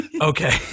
Okay